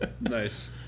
Nice